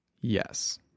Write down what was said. Yes